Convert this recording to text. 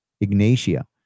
Ignatia